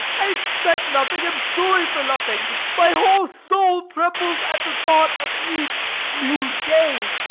i expect nothing, am sorry for nothing my whole soul trembles at the thought of each new day.